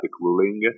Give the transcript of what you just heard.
ruling